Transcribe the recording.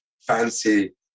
fancy